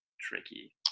tricky